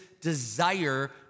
desire